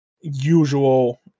usual